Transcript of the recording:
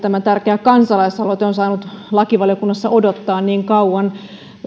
tämä tärkeä kansalaisaloite on saanut lakivaliokunnassa odottaa niin kauan